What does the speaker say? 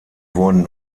wurden